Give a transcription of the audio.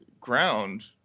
ground